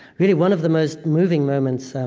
really, one of the most moving moments, um